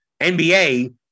NBA